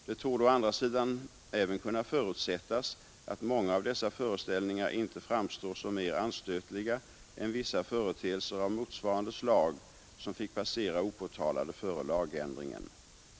Det torde å andra sidan även kunna förutsättas att många av dessa föreställningar inte framstår som mer anstötliga än vissa företeelser av motsvarande slag, som fick passera opåtalade före lagändringen.